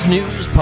News